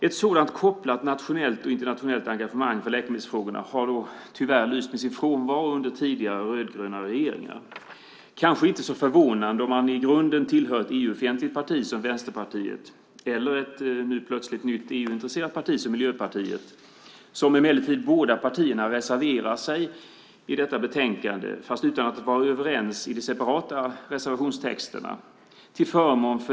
Ett sådant kopplat nationellt och internationellt engagemang för läkemedelsfrågorna har tyvärr lyst med sin frånvaro under tidigare rödgröna regeringar. Det är kanske inte så förvånande om man i grunden tillhör ett EU-fientligt parti som Vänsterpartiet eller ett nu plötsligt EU-intresserat parti som Miljöpartiet. Dessa båda partier reserverar sig i detta betänkande men utan att vara överens i de separata reservationstexterna.